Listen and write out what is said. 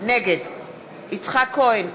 נגד יצחק כהן,